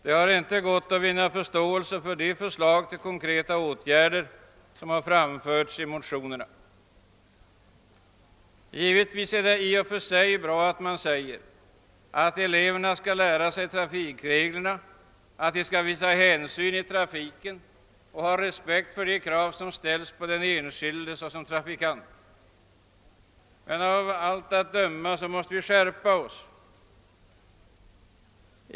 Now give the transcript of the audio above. Det har inte gått att vinna förståelse för de förslag till konkreta åtgärder som framförts i motionerna. Givetvis är det i och för sig bra att man säger att eleverna skall lära sig trafikreglerna, att de skall visa hänsyn i trafiken och ha respekt för de krav som ställs på den enskilde som trafikant. Men av allt att döma måste vi skärpa oss.